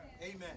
Amen